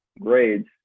grades